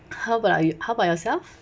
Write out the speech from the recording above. how about uh you how about yourself